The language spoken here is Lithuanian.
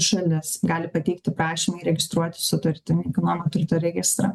šalis gali pateikti prašymą įregistruoti sutartį į nekilnojamojo turto registrą